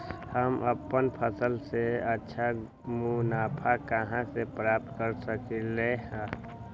हम अपन फसल से अच्छा मुनाफा कहाँ से प्राप्त कर सकलियै ह?